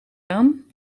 aan